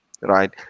right